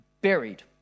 buried